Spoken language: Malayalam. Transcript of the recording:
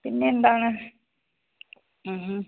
പിന്നെ എന്താണ്